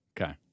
Okay